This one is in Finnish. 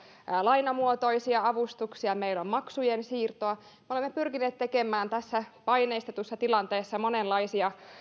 lainamuotoisia avustuksia meillä on maksujen siirtoa me olemme pyrkineet tekemään tässä paineistetussa tilanteessa yrityksille monenlaisia